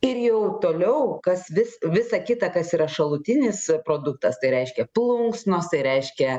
ir jau toliau kas vis visa kita kas yra šalutinis produktas tai reiškia plunksnos tai reiškia